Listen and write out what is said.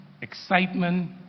excitement